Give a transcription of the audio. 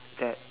that